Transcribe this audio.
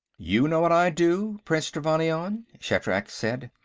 you know what i'd do, prince trevannion? shatrak said.